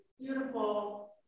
beautiful